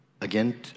again